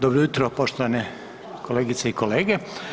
Dobro jutro poštovane kolegice i kolege.